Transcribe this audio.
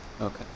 Okay